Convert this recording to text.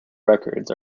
records